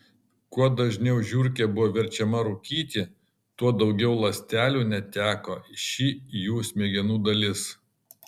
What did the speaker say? kuo dažniau žiurkė buvo verčiama rūkyti tuo daugiau ląstelių neteko ši jų smegenų dalis